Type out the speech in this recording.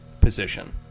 position